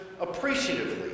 appreciatively